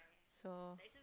so